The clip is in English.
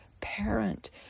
parent